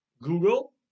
Google